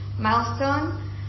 Milestone